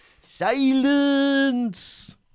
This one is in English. Silence